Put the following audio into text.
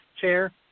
chair